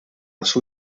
las